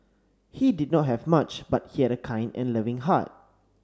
he did not have much but he had a kind and loving heart